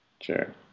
sure